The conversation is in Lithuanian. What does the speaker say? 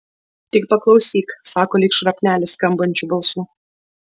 tik paklausyk sako lyg šrapnelis skambančiu balsu